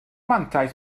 mantais